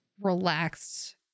relaxed